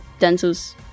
Denzel's